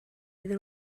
iddyn